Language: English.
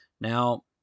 Now